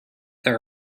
there